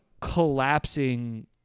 collapsing